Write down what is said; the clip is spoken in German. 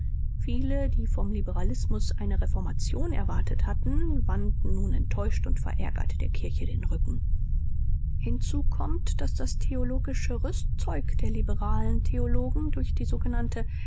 viele die vom liberalismus eine reformation erwartet hatten wandten nun enttäuscht und verärgert der kirche ganz den rücken hinzu kommt daß das theoretische rüstzeug der liberalen theologen durch die sogenannte